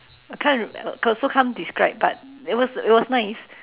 I can't remember also can't describe but it was it was nice